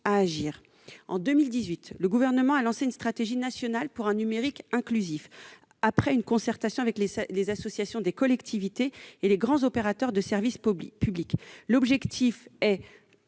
à agir. En 2018, le Gouvernement a lancé une stratégie nationale pour un numérique inclusif, après une concertation avec les associations de collectivités territoriales et les grands opérateurs de service public. L'objectif est,